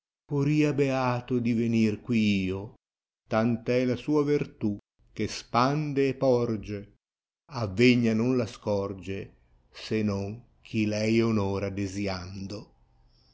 poria beato divenir qui io tant è la sua verta che spande e porge avvegna non la scorge se non chi lei onora desiando